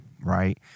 right